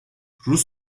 rus